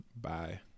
Bye